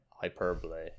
hyperbole